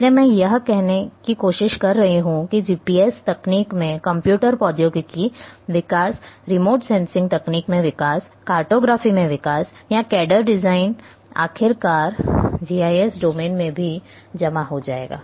इसलिए मैं यह कहने की कोशिश कर रहा हूं कि जीपीएस तकनीक में कंप्यूटर प्रौद्योगिकी विकास रिमोट सेंसिंग तकनीक में विकास कार्टोग्राफी में विकास या कैडर डिजाइन आखिरकार जीआईएस डोमेन में भी जमा हो जाएगा